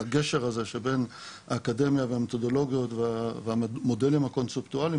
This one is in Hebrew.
על הגשר הזה בין האקדמיה והמתודולוגיות והמודלים הקונספטואליים